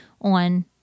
on